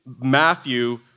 Matthew